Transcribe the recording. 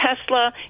Tesla